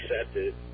accepted